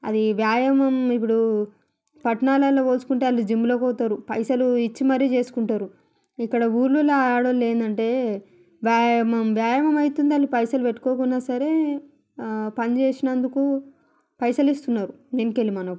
అది వ్యాయామం ఇప్పుడు పట్టణాలలో పోల్చుకుంటే వాళ్ళు జిమ్లకు పోతారు పైసలు ఇచ్చి మరి చేసుకుంటారు ఇక్కడ ఊర్లలో ఆడోళ్ళు ఏంటంటే వ్యాయామం వ్యాయామం అయితుంది వాళ్ళు పైసలు పెట్టుకోకున్న సరే పని చేసినందుకు పైసలిస్తున్నారు దీనికెళ్ళి మనకు